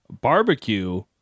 barbecue